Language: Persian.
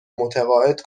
متقاعد